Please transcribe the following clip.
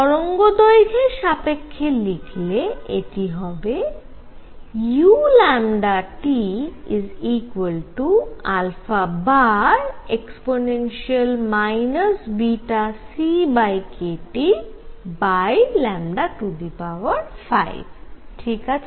তরঙ্গদৈর্ঘ্যের সাপেক্ষ্যে লিখলে এটি হবে u e βckTλ5 ঠিক আছে